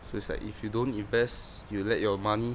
so it's like if you don't invest you let your money